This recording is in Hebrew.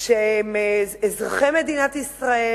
שהם אזרחי מדינת ישראל,